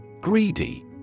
Greedy